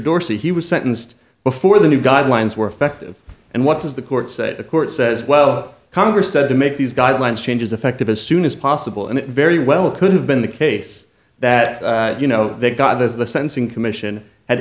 dorsey he was sentenced before the new guidelines were effective and what does the court say the court says well congress said to make these guidelines changes effective as soon as possible and it very well could have been the case that you know they got as the sentencing commission had